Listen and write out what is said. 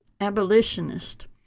abolitionist